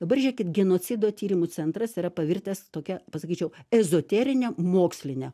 dabar žiūrėkit genocido tyrimų centras yra pavirtęs tokia pasakyčiau ezoterine moksline